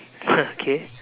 okay